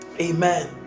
Amen